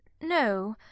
No